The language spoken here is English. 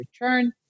return